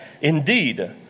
Indeed